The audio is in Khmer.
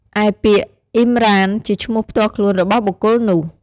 ឯពាក្យអ៊ីមរ៉ាន ជាឈ្មោះផ្ទាល់ខ្លួនរបស់បុគ្គលនោះ។